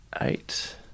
eight